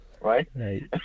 right